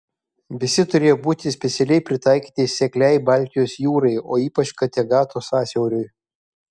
visi turėjo būti specialiai pritaikyti sekliai baltijos jūrai o ypač kategato sąsiauriui